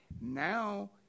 Now